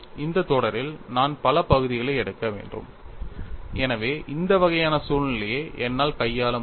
இந்த தொடரில் நான் பல பகுதிகளை எடுக்க வேண்டும் எனவே இந்த வகையான சூழ்நிலையை என்னால் கையாள முடியும்